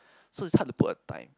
so it's hard to put a time